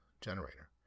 generator